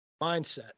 mindset